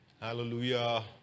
Hallelujah